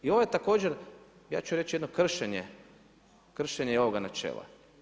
I ovo je također, ja ću reći jedno kršenje, kršenje ovoga načela.